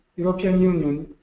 european union,